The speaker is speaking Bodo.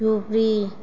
धुबुरि